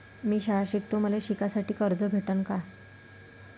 मी शाळा शिकतो, मले शिकासाठी कर्ज भेटन का?